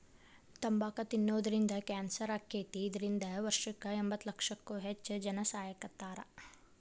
ತಂಬಾಕ್ ತಿನ್ನೋದ್ರಿಂದ ಕ್ಯಾನ್ಸರ್ ಆಕ್ಕೇತಿ, ಇದ್ರಿಂದ ವರ್ಷಕ್ಕ ಎಂಬತ್ತಲಕ್ಷಕ್ಕೂ ಹೆಚ್ಚ್ ಜನಾ ಸಾಯಾಕತ್ತಾರ